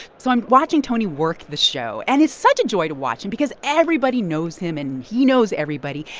so i'm watching tony work the show. and it's such a joy to watch him because everybody knows him, and he knows everybody.